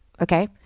Okay